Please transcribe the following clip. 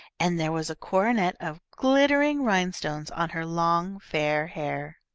and there was a coronet of glittering rhinestones on her long fair hair.